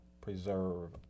preserve